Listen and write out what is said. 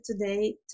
today